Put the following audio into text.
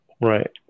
Right